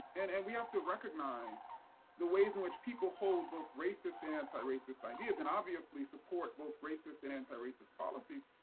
and and we have to recognize the ways in which people hold both racist and anti-racist ideas, and obviously, support both racist and anti-racist policies.